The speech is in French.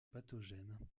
pathogènes